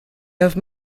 have